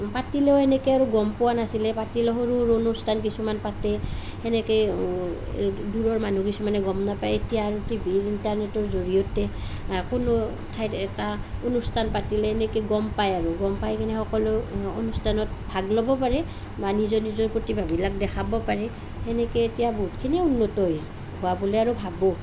পাতিলেও এনেকৈ আৰু গম পোৱা নাছিলে পাতিলেও সৰু সৰু অনুষ্ঠান কিছুমান পাতে সেনেকৈ দূৰৰ মানুহ কিছুমানে গম নাপায় এতিয়া আৰু টিভিৰ ইণ্টাৰনেটৰ জৰিয়তে কোনো ঠাইত এটা অনুষ্ঠান পাতিলে এনেকৈ গম পায় আৰু গম পাই কিনে সকলো অনুষ্ঠানত ভাগ ল'ব পাৰে বা নিজৰ নিজৰ প্ৰতিভাবিলাক দেখাব পাৰে সেনেকৈ এতিয়া বহুতখিনি উন্নত হৈছে হোৱা বুলি আৰু ভাবোঁ